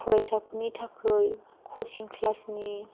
फरायसाफोरनि थाखाय कचिं क्लासनि